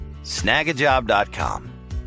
Snagajob.com